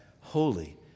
holy